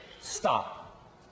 stop